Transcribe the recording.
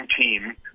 team